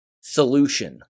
solution